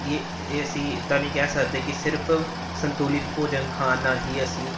ਯ ਇਹ ਅਸੀਂ ਇੱਦਾਂ ਨਹੀਂ ਕਹਿ ਸਕਦੇ ਕਿ ਸਿਰਫ਼ ਸੰਤੁਲਿਤ ਭੋਜਨ ਖਾਣ ਨਾਲ ਹੀ ਅਸੀਂ